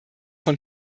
von